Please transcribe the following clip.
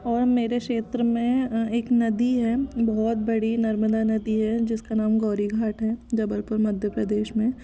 और मेरे क्षेत्र में एक नदी है बहुत बड़ी नर्मदा नदी है जिसका नाम गौरी घाट है जबलपुर मध्य प्रदेश में